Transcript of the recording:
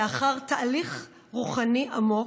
לאחר תהליך רוחני עמוק,